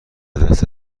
دست